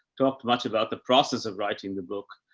talk much about the process of writing the book.